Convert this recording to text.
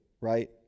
right